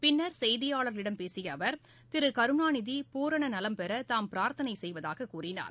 பின்னர் செய்தியாளர்களிடம் பேசிய அவர் திரு கருணாநிதி பூரண நலம்பெற தாம் பிரார்த்தனை செய்வதாகக் கூறினார்